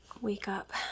wake-up